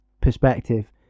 perspective